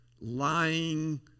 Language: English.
lying